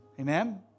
Amen